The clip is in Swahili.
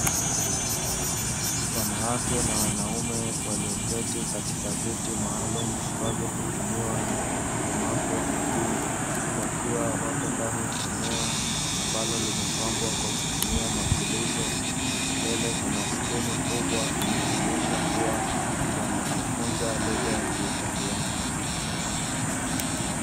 Wanawake na wanaume walioketi katika viti maalumu, ambavyo hutumiwa na walemavu wa miguu. Wakiwa wapo ndani ya eneo ambalo limepambwa kwa kutumia mapulizo. Mbele kuna skrini kubwa inayoonyesha kuwa wanajifunza lugha ya kiitaliano.